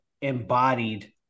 embodied